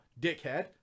dickhead